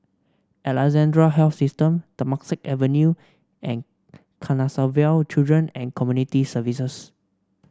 Alexandra Health System Temasek Avenue and Canossaville Children and Community Services